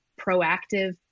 proactive